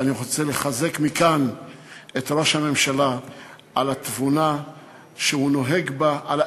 אני רוצה לחזק מכאן את ראש הממשלה על התבונה שהוא נוהג בה,